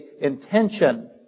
intention